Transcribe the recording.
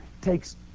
takes